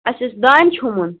اَسہ اوس دانہ چھوٚمبُن